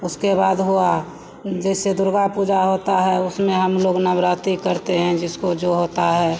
उसके बाद हुआ जैसे दुर्गा पूजा होती है उसमें हमलोग नवरात्रि करते हैं जिसको जो होता है